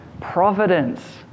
providence